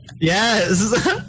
yes